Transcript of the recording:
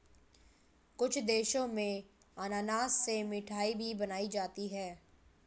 कुछ देशों में अनानास से मिठाई भी बनाई जाती है